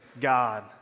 God